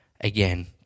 again